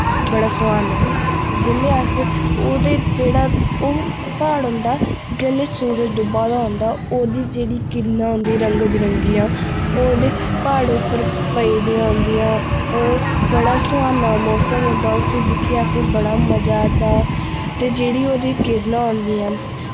बड़ा सुहाना ऐ निं जेल्लै अस ओह्दे जेह्ड़ा ओ प्हाड़ होंदा जेल्लै सूरज डुब्बा दा होंदा ओह्दी जेह्ड़ी किरणां होंदी रंग बरंगियां ओह्दे प्हाड़ उप्पर पेई दि'यां होंदियां ओह् बड़ा सुहाना मौसम होंदा उस्सी दिक्खियै असें बड़ा मजा औंदा ते जेह्ड़ी ओह्दी किरणां होंदियां न